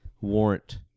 warrant